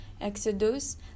Exodus